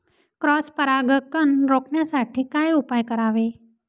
Cross परागकण रोखण्यासाठी काय उपाय करावे?